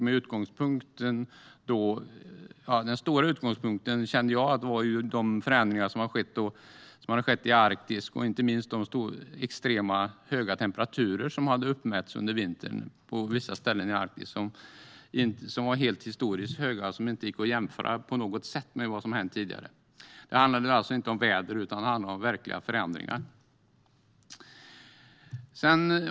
Den stora utgångspunkten kände jag var de förändringar som skett i Arktis, inte minst de extremt höga temperaturer som uppmätts under vintern på vissa ställen i Arktis. De var historiskt höga och gick inte på något sätt att jämföra med vad som hänt tidigare. Det handlade alltså inte om väder utan om verkliga förändringar.